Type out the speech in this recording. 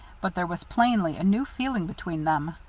but there was plainly a new feeling between them.